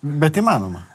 bet įmanoma